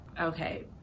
Okay